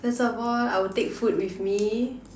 first of all I will take food with me